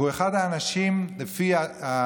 והוא אחד האנשים, לפי עדויות